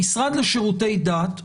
המשרד לשירותי דת,